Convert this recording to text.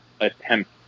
attempt